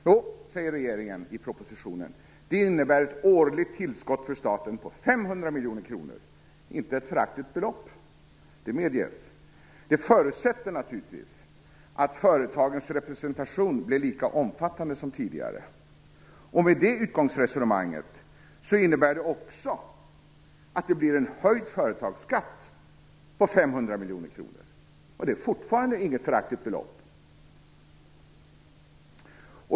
Jo, säger regeringen i propositionen, det innebär ett årligt tillskott för staten på 500 miljoner kronor. Det är inte ett föraktligt belopp, det medges. Det förutsätter naturligtvis att företagens representation blir lika omfattande som tidigare. Med det utgångsresonemanget innebär det också att det blir en höjd företagsskatt på 500 miljoner kronor. Det är fortfarande inget föraktligt belopp.